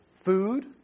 food